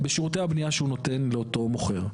בשירותי הבנייה שהוא נותן לאותו מוכר.